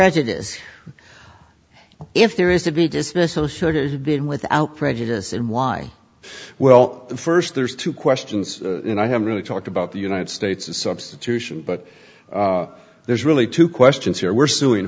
prejudice if there is to be dismissed been without prejudice and why well first there's two questions and i haven't really talked about the united states a substitution but there's really two questions here we're suing